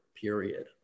period